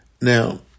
Now